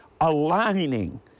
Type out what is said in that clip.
aligning